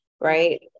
right